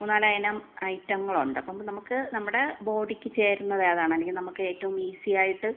മൂന്നാല് ഇനം ഐറ്റങ്ങളുണ്ട് അപ്പോൾ നമുക്ക് നമ്മുടെ ബോഡിക്ക് ചേരുന്നത് ഏതാണ് അല്ലെങ്കില് നമുക്ക് ഏറ്റവും ഈസിയയിട്ട്